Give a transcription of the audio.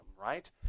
right